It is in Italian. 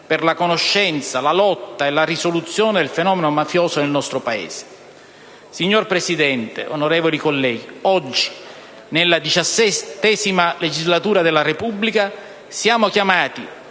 per la conoscenza, la lotta e la risoluzione del fenomeno mafioso nel nostro Paese. Signor Presidente, onorevoli colleghi, oggi, nella XVII legislatura della Repubblica, siamo chiamati